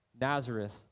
Nazareth